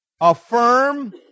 Affirm